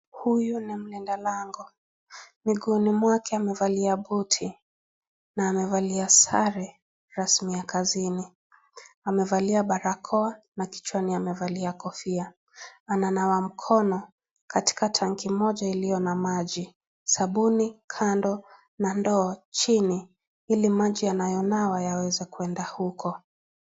Huyu ni mlinda lango. Miguuni mwake amevalia buti na amevalia sare rasmi ya kazini. Amevalia barakoa na kichwani amevalia kofia. Ananawa mkono katika tanki moja iliyo na maji, sabuni kando na ndoo chini ili maji anayonawa yaweza kwenda huko.